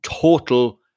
total